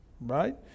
Right